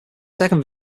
second